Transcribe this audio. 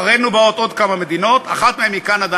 אחרינו באות עוד כמה מדינות: אחת מהן היא קנדה,